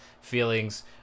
feelings